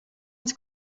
het